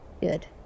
good